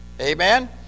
Amen